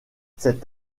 cet